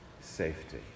safety